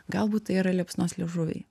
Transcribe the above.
galbūt tai yra liepsnos liežuviai